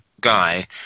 guy